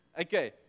Okay